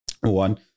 One